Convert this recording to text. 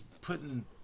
putting